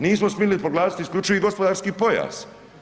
Nismo smjeli proglasiti isključivi gospodarski pojas.